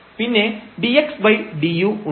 പിന്നെ ∂x∂u ഉണ്ട്